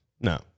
No